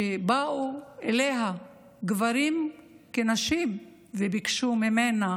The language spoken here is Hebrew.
שבאו אליה גברים כנשים וביקשו ממנה